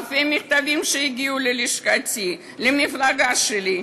אלפי מכתבים הגיעו ללשכתי, למפלגה שלי.